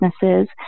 businesses